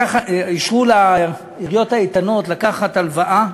אישרו לעיריות האיתנות לקחת הלוואה,